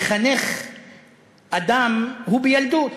לחנך אדם הוא בילדות.